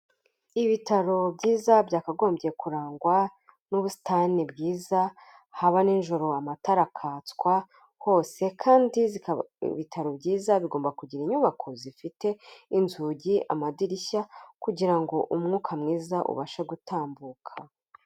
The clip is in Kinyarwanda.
Ibitaro byiza byakagombye kurangwa, n'ubusitani bwiza, haba n'ijoro amatara akatswa hose, kandi ibitaro byiza bigomba kugira inyubako zifite inzugi, amadirishya, kugira ngo umwuka mwiza ubashe gutambuka.